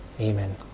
Amen